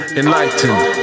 enlightened